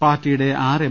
പാർട്ടിയുടെ ആറ് എം